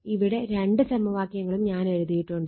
ഇവിടെ രണ്ട് സമവാക്യങ്ങളും ഞാൻ എഴുതിയിട്ടുണ്ട്